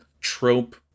trope